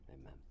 Amen